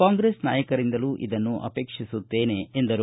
ಕಾಂಗ್ರೆಸ್ ನಾಯಕರಿಂದಲೂ ಇದನ್ನು ಅಪೇಕ್ಷಿಸುತ್ತೇನೆ ಎಂದರು